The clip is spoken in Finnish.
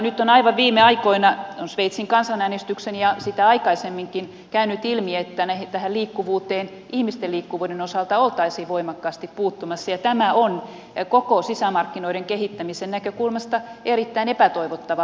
nyt on aivan viime aikoina sveitsin kansanäänestyksen myötä ja sitä aikaisemminkin käynyt ilmi että tähän liikkuvuuteen ihmisten liikkuvuuden osalta oltaisiin voimakkaasti puuttumassa ja tämä on koko sisämarkkinoiden kehittämisen näkökulmasta erittäin epätoivottava trendi